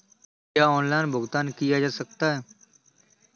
क्या ऑनलाइन भुगतान किया जा सकता है?